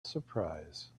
surprise